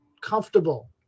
comfortable